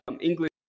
English